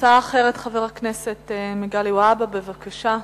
הצעה אחרת לחבר הכנסת מגלי והבה, בבקשה.